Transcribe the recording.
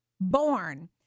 born